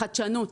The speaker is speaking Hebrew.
חדשנות,